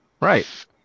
Right